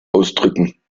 ausdrücken